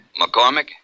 McCormick